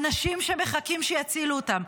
אנשים שמחכים שיצילו אותם.